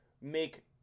make